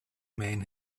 man